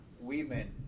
women